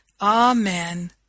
Amen